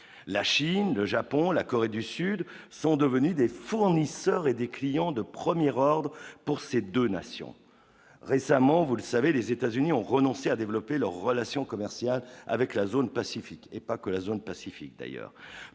la Chine, le Japon, la Corée du Sud sont devenus des fournisseurs et des clients de premières heures pour ces 2 nations récemment, vous le savez, les États-Unis ont renoncé à développer leurs relations commerciales avec la zone Pacifique et pas que la zone Pacifique d'ailleurs